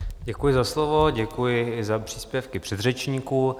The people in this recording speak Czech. Děkuji za slovo, děkuji za příspěvky předřečníků.